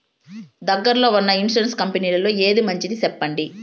దగ్గర లో ఉన్న ఇన్సూరెన్సు కంపెనీలలో ఏది మంచిది? సెప్పండి?